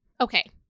Okay